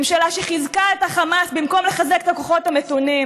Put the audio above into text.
ממשלה שחיזקה את החמאס במקום לחזק את הכוחות המתונים,